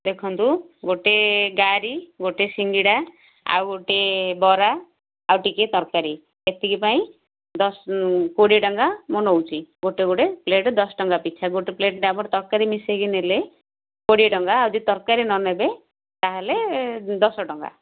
ଦେଖନ୍ତୁ ଗୋଟେ ଗାଡ଼ି ଗୋଟେ ସିଙ୍ଗଡ଼ା ଆଉ ଗୋଟିଏ ବରା ଆଉ ଟିକେ ତରକାରୀ ଏତିକି ପାଇଁ ଦଶ କୋଡ଼ିଏ ଟଙ୍କା ମୁଁ ନେଉଛି ଗୋଟେ ଗୋଟେ ପ୍ଲେଟ୍ରେ ଦଶ ଟଙ୍କା ପିଛା ଗୋଟେ ପ୍ଲେଟ୍ ତାପରେ ତରକାରୀ ମିଶେଇକି ନେଲେ କୋଡ଼ିଏ ଟଙ୍କା ଯଦି ତରକାରୀ ନ ନେବେ ତାହାଲେ ଦଶ ଟଙ୍କା